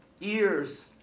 ears